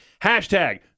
Hashtag